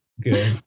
good